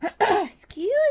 Excuse